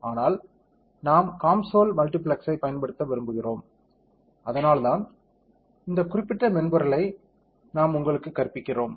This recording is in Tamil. ஆனால் நாம் COMSOL மல்டிபிசிக்ஸைப் பயன்படுத்த விரும்புகிறோம் அதனால்தான் இந்த குறிப்பிட்ட மென்பொருளை நாம் உங்களுக்குக் கற்பிக்கிறோம்